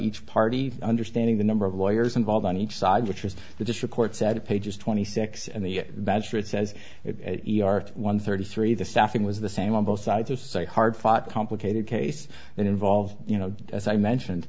each party understanding the number of lawyers involved on each side which is the district court said pages twenty six and the badger it says it one thirty three the staffing was the same on both sides are say hard fought complicated case and involved you know as i mentioned